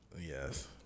Yes